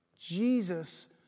Jesus